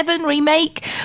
Remake